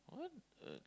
what the